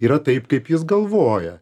yra taip kaip jis galvoja